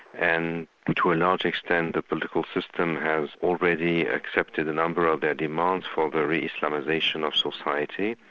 and to a large extent the political system has already accepted a number of their demands for the re-islamisation of society,